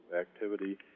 activity